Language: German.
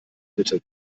bitte